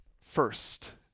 first